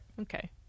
okay